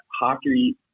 hockey